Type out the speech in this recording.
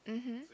mmhmm